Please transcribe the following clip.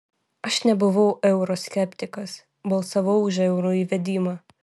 aš nebuvau euro skeptikas balsavau už euro įvedimą